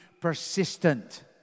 persistent